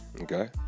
Okay